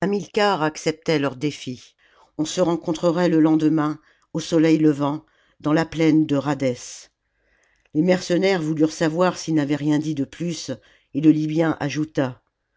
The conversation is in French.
hamilcar acceptait leur défi on se rencontrerait le lendemain au soleil levant dans la plaine de rhadès les mercenaires voulurent savoir s'il n'avait rien dit de plus et le libyen ajouta